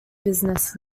business